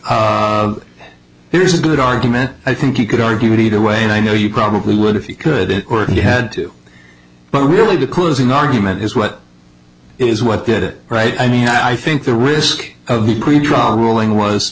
here's a good argument i think you could argue it either way and i know you probably would if you couldn't and you had to but really the closing argument is what is what did it right i mean i think the risk of the green drawn ruling was